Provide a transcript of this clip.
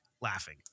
laughing